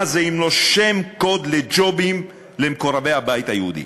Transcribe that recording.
מה זה אם לא שם קוד לג'ובים למקורבי הבית היהודי?